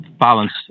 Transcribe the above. balance